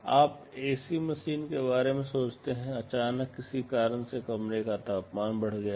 आप AC machine के बारे में सोचते हैं अचानक किसी कारण से कमरे का तापमान बढ़ गया है